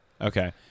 Okay